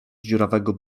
dziurawego